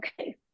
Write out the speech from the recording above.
okay